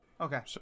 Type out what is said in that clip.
okay